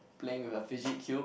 playing with a fidget cube